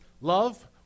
love